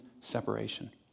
separation